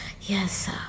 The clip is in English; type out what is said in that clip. yes